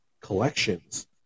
collections